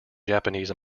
japanese